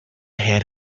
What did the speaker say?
had